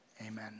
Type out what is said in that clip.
amen